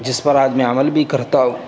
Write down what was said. جس پر آج میں عمل بھی کرتا ہوں